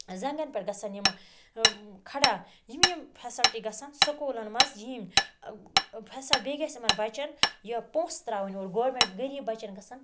زَنگَن پٮ۪ٹھ گَژھَن یِم کھڑا یِم یِم فیسَلٹی گَژھَن سکولَن مَنٛز یِنۍ فیسَلٹی بیٚیہِ گَژھَن یِمَن بَچَن پونسہٕ تراوٕنۍ ارو گورمیٚنٹ غریب بَچَن گَژھَن